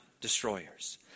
destroyers